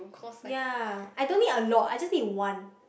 ya I don't need a lot I just need one